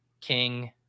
King